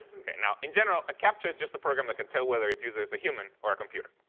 okay. now, in general a captcha is just a program that can tell whether its user is a human or a computer.